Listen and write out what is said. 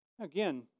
Again